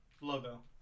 Logo